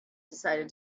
decided